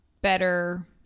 better